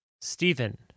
Stephen